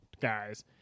guys